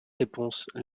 réponse